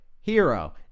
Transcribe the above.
Hero